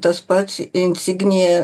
tas pats insignija